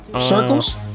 circles